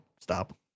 stop